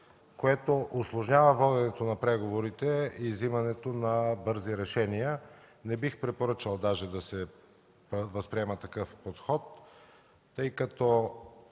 което усложнява воденето на преговорите и взимането на бързи решения. Не бих препоръчал да се възприема такъв подход, тъй като